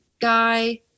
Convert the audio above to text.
guy